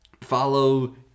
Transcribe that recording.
Follow